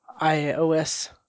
iOS